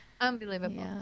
Unbelievable